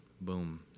Boom